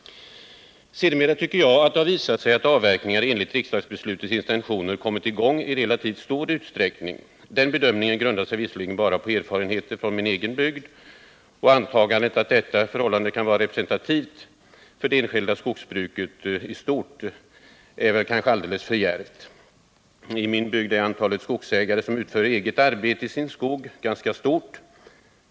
Sedermera har det visat sig att avverkningar enligt riksdagsbeslutets intentioner kommit i gång i relativt stor utsträckning. Den bedömningen grundar jag dock bara på erfarenheter från min egen bygd, och antagandet att detta förhållande kan vara representativt för det enskilda skogsbruket i stort är kanske alldeles för djärvt. I min bygd är antalet skogsägare som utför eget arbete i sin skog ganska stort.